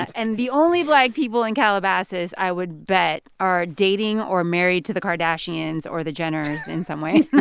and the only black people in calabasas, i would bet, are dating or married to the kardashians or the jenners in some way